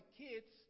kids